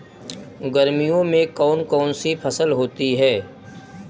गर्मियों में कौन कौन सी फसल होती है?